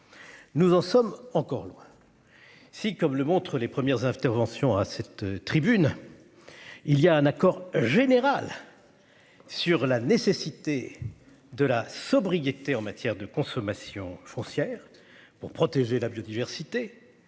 Nous en sommes encore loin. Si, comme le montrent les premières interventions à cette tribune. Il y a un accord général. Sur la nécessité de la sobriété en matière de consommation foncière pour protéger la biodiversité